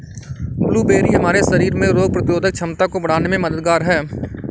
blueberry हमारे शरीर में रोग प्रतिरोधक क्षमता को बढ़ाने में मददगार है